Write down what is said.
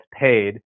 paid